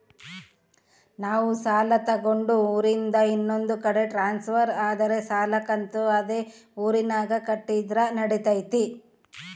ನಾವು ಸಾಲ ತಗೊಂಡು ಊರಿಂದ ಇನ್ನೊಂದು ಕಡೆ ಟ್ರಾನ್ಸ್ಫರ್ ಆದರೆ ಸಾಲ ಕಂತು ಅದೇ ಊರಿನಾಗ ಕಟ್ಟಿದ್ರ ನಡಿತೈತಿ?